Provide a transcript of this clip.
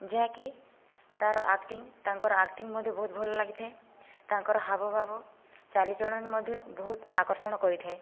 ଯାହାକି ତା'ର ଆକ୍ଟିଂ ତାଙ୍କର ଆକ୍ଟିଂ ମୋତେ ବହୁତ ଭଲଲାଗିଥାଏ ତାଙ୍କର ହାବଭାବ ଚାଲିଚଳନ ମଧ୍ୟ ବହୁତ ଆକର୍ଷଣ କରିଥାଏ